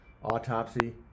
autopsy